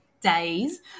days